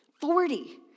Forty